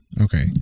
Okay